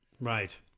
Right